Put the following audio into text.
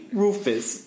rufus